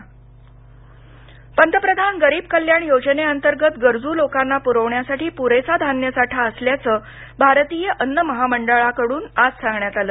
अन्नधान्य पंतप्रधान गरीब कल्याण योजने अंतर्गत गरजू लोकांना पुरवण्यासाठी पुरेसा धान्य साठा असल्याचं भारतीय अन्न महामंडळाकडून आज सांगण्यात आलं